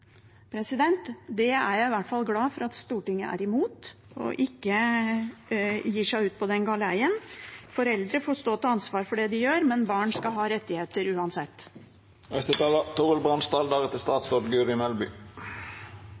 Det er jeg i hvert fall glad for at Stortinget er imot, og ikke gir seg ut på den galeien. Foreldre får stå til ansvar for det de gjør, men barn skal ha rettigheter uansett.